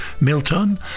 milton